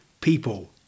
people